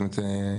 זאת אומרת,